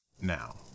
now